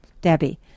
Debbie